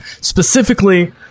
Specifically